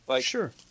Sure